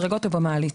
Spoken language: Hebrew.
במדרגות או במעלית?